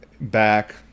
back